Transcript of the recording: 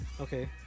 Okay